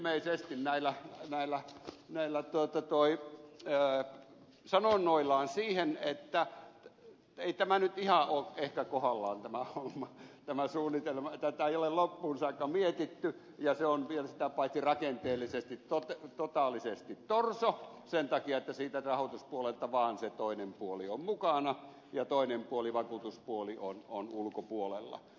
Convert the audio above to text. hän viittasi ilmeisesti näillä sanonnoillaan juuri siihen että ei nyt ihan ole ehkä kohdallaan tämä homma tämä suunnitelma tätä ei ole loppuun saakka mietitty ja se on sitä paitsi vielä rakenteellisesti totaalisesti torso sen takia että siitä rahoituspuolesta vaan se toinen puoli on mukana ja toinen puoli vakuutuspuoli on ulkopuolella